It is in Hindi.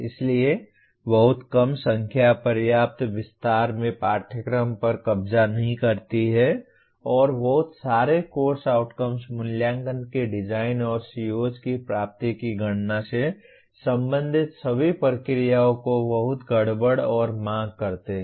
इसलिए बहुत कम संख्या पर्याप्त विस्तार में पाठ्यक्रम पर कब्जा नहीं करती है और बहुत सारे कोर्स आउटकम्स मूल्यांकन की डिजाइन और COs की प्राप्ति की गणना से संबंधित सभी प्रक्रियाओं को बहुत गड़बड़ और मांग करते हैं